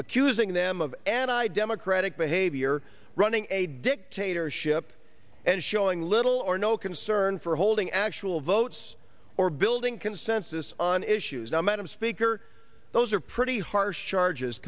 accusing them of and i democratic behavior running a dictatorship and showing little or no concern for holding actual votes or building consensus on issues now madam speaker those are pretty harsh charges